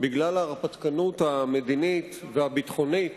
בגלל ההרפתקנות המדינית והביטחונית